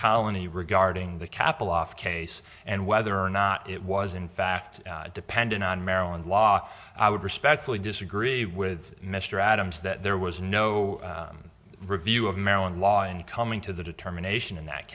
colony regarding the capital off case and whether or not it was in fact dependent on maryland law i would respectfully disagree with mr adams that there was no review of maryland law in coming to the determination in that